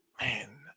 Man